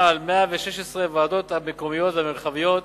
על 116 הוועדות המקומיות והמרחביות